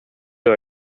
деп